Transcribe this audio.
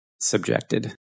subjected